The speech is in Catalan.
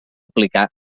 aplicar